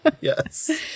Yes